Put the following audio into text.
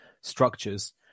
structures